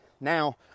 now